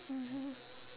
mmhmm